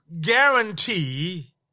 guarantee